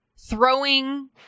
throwing